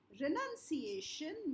renunciation